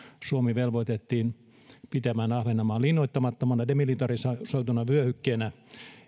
suomi velvoitettiin pitämään ahvenanmaa linnoittamattomana demilitarisoituna vyöhykkeenä